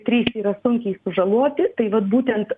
trys yra sunkiai sužaloti tai vat būtent